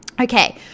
Okay